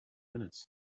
minutes